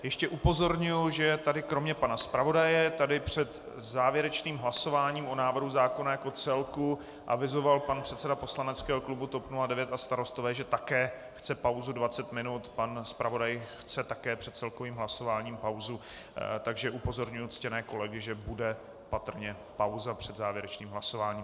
Ještě upozorňuji, že tady kromě pana zpravodaje před závěrečným hlasováním o návrhu zákona jako celku avizoval pan předseda poslaneckého klubu TOP 09 a Starostové, že také chce pauzu 20 minut, pan zpravodaj chce také před celkovým hlasováním pauzu, takže upozorňuji ctěné kolegy, že bude patrně pauza před závěrečným hlasováním.